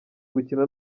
gukina